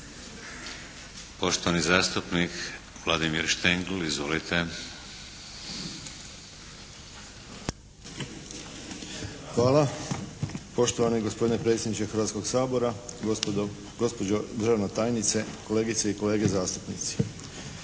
Poštovani zastupnik Vladimir Štengl. Izvolite. **Štengl, Vladimir (HDZ)** Hvala poštovani gospodine predsjedniče Hrvatskog sabora, gospođo državna tajnice, kolegice i kolege zastupnici.